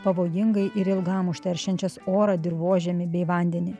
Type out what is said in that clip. pavojingai ir ilgam užteršiančias orą dirvožemį bei vandenį